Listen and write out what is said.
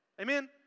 Amen